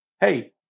hey